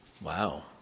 Wow